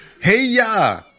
hey-ya